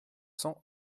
cents